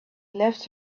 left